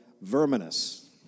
verminous